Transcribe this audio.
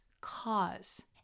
cause